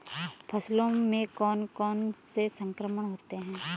फसलों में कौन कौन से संक्रमण होते हैं?